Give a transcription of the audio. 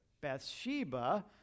Bathsheba